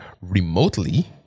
remotely